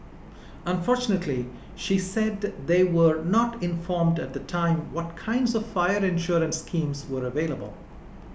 unfortunately she said they were not informed at the time what kinds of fire insurance schemes were available